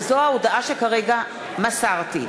וזו ההודעה שכרגע מסרתי.